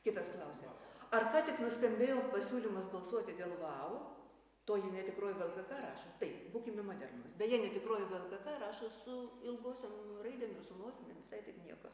kitas klausia ar ką tik nuskambėjo pasiūlymas balsuoti dėl vau toji netikroji vlkk rašo taip būkime modernūs beje netikrųjų vlkk rašo su ilgosiom raidėm ir su nosinėm visai taip nieko